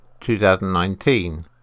2019